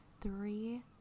three